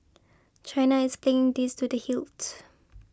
China is thing this to the hilt